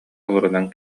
олорунан